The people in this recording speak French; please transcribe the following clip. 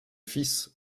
fils